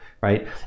right